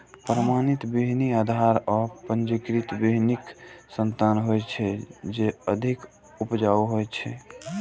प्रमाणित बीहनि आधार आ पंजीकृत बीहनिक संतान होइ छै, जे अधिक उपजाऊ होइ छै